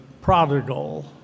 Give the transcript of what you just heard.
prodigal